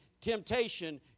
temptation